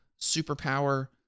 superpower